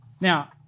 Now